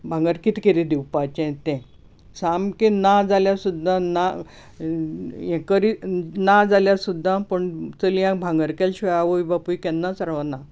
भांगर कितें कितें दिवपाचें ते सामकें ना जाल्यार सुद्दां ना करी ना जाल्यार सुद्दां भुरग्यांक भागर केल्या शिवाय आवय बापूय केन्नाच रावना